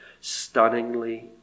Stunningly